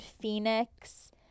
phoenix